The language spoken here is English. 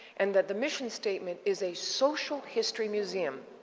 and that the mission statement is a social history museum.